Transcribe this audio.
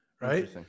right